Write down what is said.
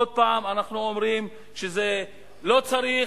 עוד פעם אנחנו אומרים: לא צריך,